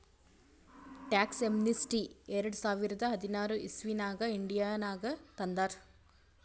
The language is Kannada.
ಟ್ಯಾಕ್ಸ್ ಯೇಮ್ನಿಸ್ಟಿ ಎರಡ ಸಾವಿರದ ಹದಿನಾರ್ ಇಸವಿನಾಗ್ ಇಂಡಿಯಾನಾಗ್ ತಂದಾರ್